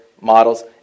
models